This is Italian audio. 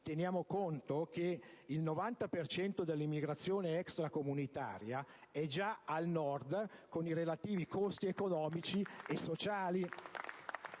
teniamo conto che il 90 per cento dell'immigrazione extracomunitaria è già al Nord, con i relativi costi economici e sociali.